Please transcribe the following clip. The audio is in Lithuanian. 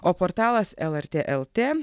o portalas lrt lt